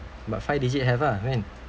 but five digit have lah min